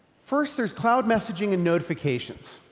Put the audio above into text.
first there's cloud messaging and notifications,